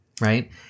Right